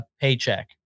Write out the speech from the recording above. paycheck